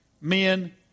men